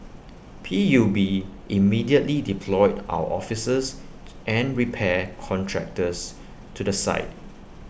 P U B immediately deployed our officers and repair contractors to the site